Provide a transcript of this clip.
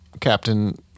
Captain